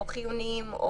או חיוניים,